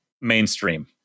mainstream